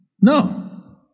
No